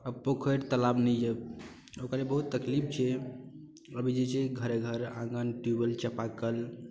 आब पोखरि तलाब नहि यए ओकर जे बहुत तकलीफ छै अभी जे छै घरे घरे आङ्गन ट्यूबवेल चापाकल